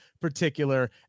particular